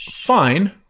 fine